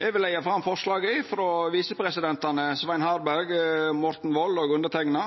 Eg vil leggja fram forslaget frå visepresidentane Svein Harberg, Morten Wold og underteikna.